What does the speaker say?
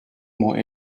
more